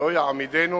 לא יעמידנו,